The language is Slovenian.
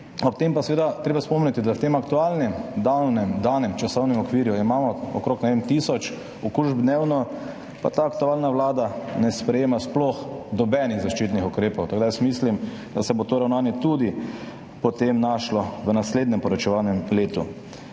Ob tem pa je seveda treba spomniti, da imamo v tem aktualnem danem časovnem okviru okrog tisoč okužb dnevno, pa aktualna vlada ne sprejema sploh nobenih zaščitnih ukrepov. Mislim, da se bo to ravnanje tudi potem našlo v naslednjem poročevalnem letu.